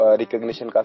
recognition